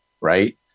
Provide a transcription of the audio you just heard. right